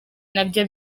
nabyo